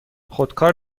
خودکار